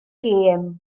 gêm